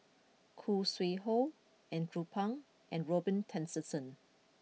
Khoo Sui Hoe Andrew Phang and Robin Tessensohn